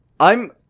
I'm-